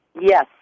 Yes